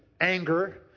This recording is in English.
anger